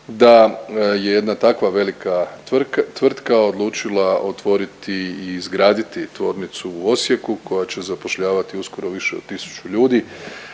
da je jedna takva velika tvrtka odlučila otvoriti i izgraditi tvornicu u Osijeku koja će zapošljavati uskoro više od tisuću ljudi